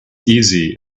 easy